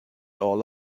all